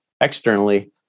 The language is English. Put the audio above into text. externally